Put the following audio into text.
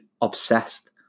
obsessed